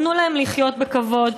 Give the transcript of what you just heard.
תנו להם לחיות בכבוד,